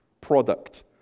product